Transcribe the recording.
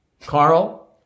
Carl